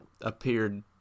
appeared